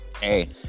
Hey